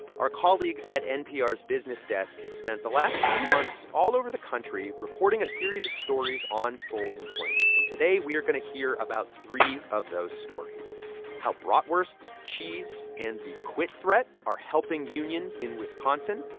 our colleagues at npr's business desk have spent the last few months all over the country, reporting a series of stories on full employment and today, we are going to hear about three of those stories how bratwursts, cheese and the quit threat are helping unions in wisconsin,